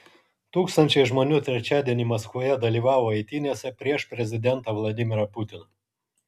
tūkstančiai žmonių trečiadienį maskvoje dalyvavo eitynėse prieš prezidentą vladimirą putiną